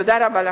תודה רבה לכם.